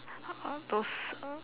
uh those uh